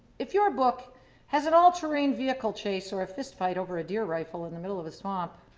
if your book has an all-terrain vehicle chase or a fist fight over a deer rifle in the middle of a swamp,